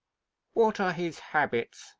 what are his habits?